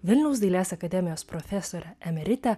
vilniaus dailės akademijos profesorę emeritę